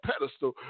pedestal